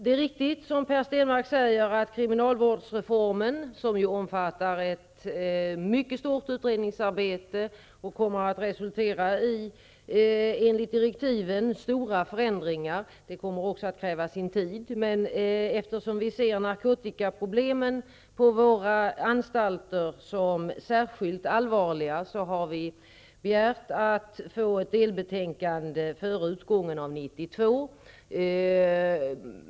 Det är riktigt, som Per Stenmarck säger, att kriminalvårdsreformen, som ju omfattar ett mycket stort utredningsarbete och som enligt direktiven kommer att resultera i stora förändringar, också kommer att kräva sin tid. Men eftersom vi ser narkotikaproblemen på anstalterna som särskilt allvarliga har vi begärt att få ett delbetänkande före utgången av 1992.